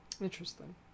Interesting